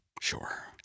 Sure